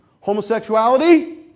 Homosexuality